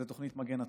זו תוכנית מגן הצפון.